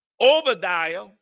Obadiah